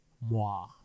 Moi